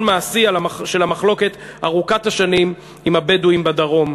מעשי של המחלוקת ארוכת השנים עם הבדואים בדרום.